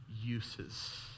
uses